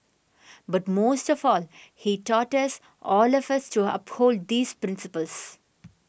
but most of all he taught us all of us to uphold these principles